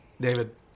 David